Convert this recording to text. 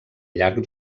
llarg